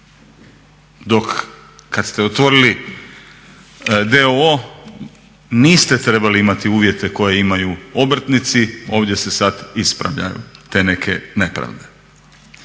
dok kada ste otvorili d.o.o. niste trebali imati uvjete koje imaju obrtnici. Ovdje se sada ispravljaju te neke nepravde.